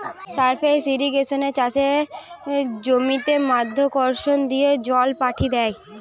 surface ইর্রিগেশনে চাষের জমিতে মাধ্যাকর্ষণ দিয়ে জল পাঠি দ্যায়